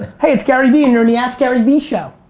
hey it's garyvee, and you're on the askgaryvee show.